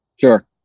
Sure